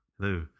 Hello